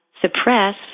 suppress